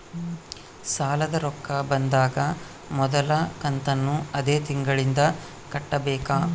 ಸಾಲದ ರೊಕ್ಕ ಬಂದಾಗ ಮೊದಲ ಕಂತನ್ನು ಅದೇ ತಿಂಗಳಿಂದ ಕಟ್ಟಬೇಕಾ?